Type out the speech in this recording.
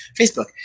Facebook